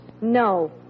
No